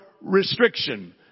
restriction